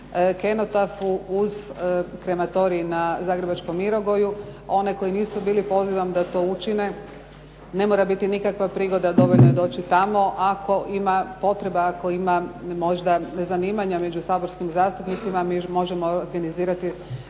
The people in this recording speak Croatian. kenotafu uz krematorij na zagrebačkom Mirogoju. One koji nisu bili, pozivam da to učine. Ne mora biti nikakva prigoda, dovoljno je doći tamo ako ima potreba, ako ima možda zanimanja među saborskim zastupnicima, mi možemo kenizirati